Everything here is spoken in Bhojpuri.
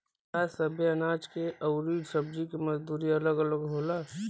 का सबे अनाज के अउर सब्ज़ी के मजदूरी अलग अलग होला?